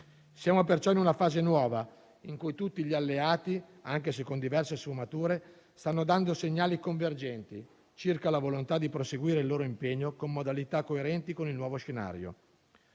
Siamo, perciò, in una fase nuova in cui tutti gli alleati, anche se con diverse sfumature, stanno dando segnali convergenti circa la volontà di proseguire il loro impegno con modalità coerenti con il nuovo scenario.